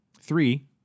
Three